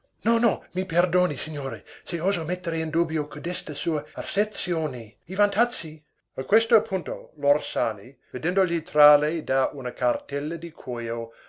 no no mi perdoni signore se oso mettere in dubbio codesta sua asserzione i vantazzi a questo punto l'orsani vedendogli trarre da una cartella di cuojo